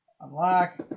Unlock